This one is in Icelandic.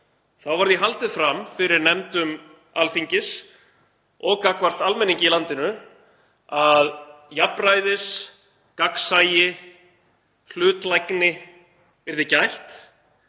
þá var því haldið fram fyrir nefndum Alþingis og gagnvart almenningi í landinu að jafnræðis, gagnsæis og hlutlægni yrði gætt,